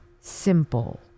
simple